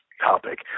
topic